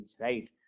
right